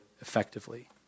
effectively